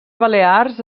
balears